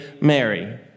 Mary